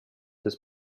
his